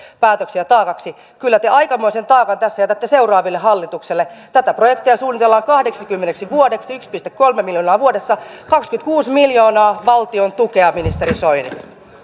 päätöksiä taakaksi niin kyllä te aikamoisen taakan tässä jätätte seuraaville hallituksille tätä projektia suunnitellaan kahdeksikymmeneksi vuodeksi yksi pilkku kolme miljoonaa vuodessa kaksikymmentäkuusi miljoonaa valtiontukea ministeri soini